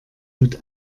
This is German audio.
mit